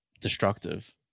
destructive